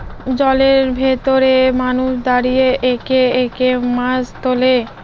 জলের ভেতরে মানুষ দাঁড়িয়ে একে একে মাছ তোলে